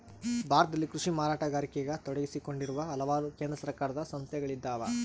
ಭಾರತದಲ್ಲಿ ಕೃಷಿ ಮಾರಾಟಗಾರಿಕೆಗ ತೊಡಗಿಸಿಕೊಂಡಿರುವ ಹಲವಾರು ಕೇಂದ್ರ ಸರ್ಕಾರದ ಸಂಸ್ಥೆಗಳಿದ್ದಾವ